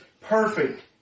perfect